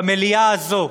במליאה הזו,